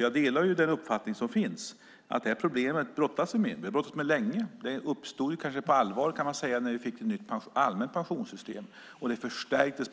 Jag delar nämligen den uppfattning som finns, att vi brottas med det här problemet. Vi har brottats med det länge. Det uppstod kanske på allvar, kan man säga, när vi fick ett nytt allmänt pensionssystem, och problematiken förstärktes